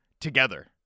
together